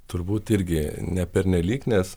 turbūt irgi ne nelyg nes